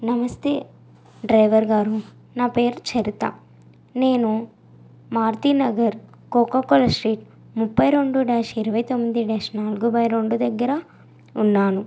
నమస్తే డ్రైవర్ గారు నా పేరు చరితా నేను మారుతి నగర్ కోకొకోలా స్ట్రీట్ ముప్పై రెండు డాష్ ఇరవై తొమ్మిది డాష్ నాలుగు బై రెండు దగ్గర ఉన్నాను